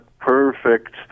Perfect